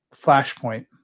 flashpoint